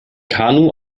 kanu